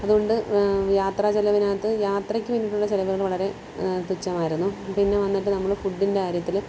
അതുകൊണ്ട് യാത്രാചിലവിനകത്ത് യാത്രക്ക് വേണ്ടിട്ടുള്ള ചിലവ് വളരെ തുച്ഛമായിരുന്നു പിന്നെ വന്നിട്ട് നമ്മൾ ഫുഡിന്റെ കാര്യത്തിൽ